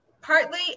partly